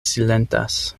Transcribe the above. silentas